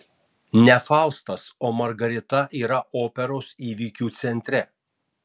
ne faustas o margarita yra operos įvykių centre